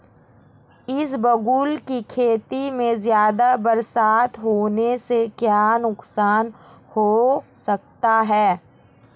इसबगोल की खेती में ज़्यादा बरसात होने से क्या नुकसान हो सकता है?